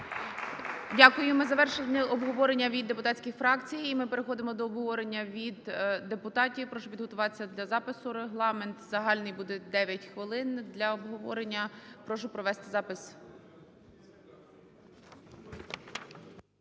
Дякую. Ми завершили обговорення від депутатських фракцій, і ми переходимо до обговорення від депутатів. Прошу підготуватися для запису. Регламент загальний буде 9 хвилин для обговорення. Прошу провести запис.